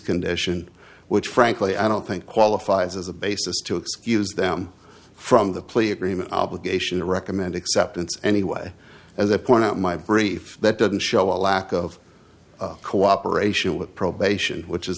condition which frankly i don't think qualifies as a basis to excuse them from the plea agreement obligation to recommend acceptance anyway as i point out my brief that didn't show a lack of cooperation with probation which is